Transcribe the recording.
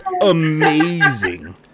amazing